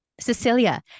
Cecilia